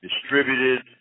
distributed